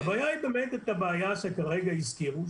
הבעיה היא באמת הבעיה שכרגע הזכירו,